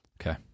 Okay